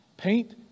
Paint